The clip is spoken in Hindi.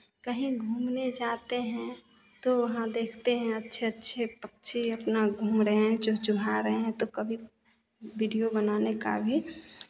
कहीं घूमने जाते हैं तो वहाँ देखते हैं अच्छे अच्छे पक्षी अपना घूम रहे हैं चुहचुहा रहे हैं तो कभी वीडिओ बनाने का भी